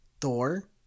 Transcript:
Thor